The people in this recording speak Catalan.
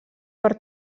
per